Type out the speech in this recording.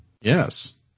yes